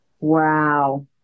wow